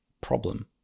problem